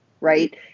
right